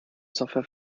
software